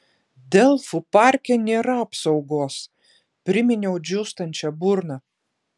delfų parke nėra apsaugos priminiau džiūstančia burna